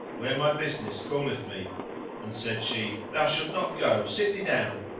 where my business calleth me and said she, thou shalt not go sit thee down.